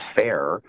fair